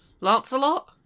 Lancelot